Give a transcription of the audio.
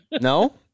No